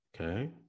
okay